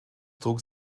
trug